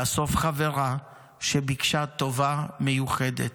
לאסוף חברה שביקשה טובה מיוחדת,